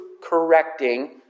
correcting